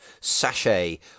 sachet